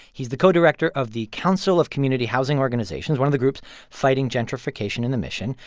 he's the co-director of the council of community housing organizations, one of the groups fighting gentrification in the mission.